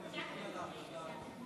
קודם כול, תבורכי על ההחלטה.